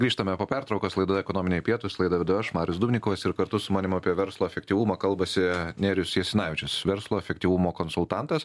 grįžtame po pertraukos laidoje ekonominiai pietūs laidą vedu aš marius dubnikovas ir kartu su manim apie verslo efektyvumą kalbasi nerijus jasinavičius verslo efektyvumo konsultantas